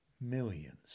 Millions